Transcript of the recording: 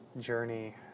journey